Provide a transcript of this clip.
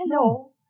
Hello